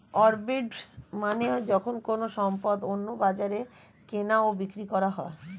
arbitrage মানে যখন কোনো সম্পদ অন্য বাজারে কেনা ও বিক্রি করা হয়